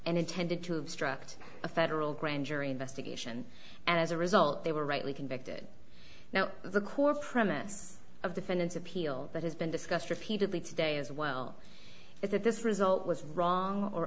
and intended to obstruct a federal grand jury investigation and as a result they were rightly convicted now the core premise of the finance appeal that has been discussed repeatedly today as well is that this result was wrong or